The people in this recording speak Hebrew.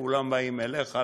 כולם באים עליך,